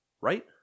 Right